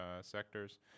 sectors